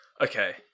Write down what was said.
okay